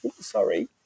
sorry